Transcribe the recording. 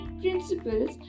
principles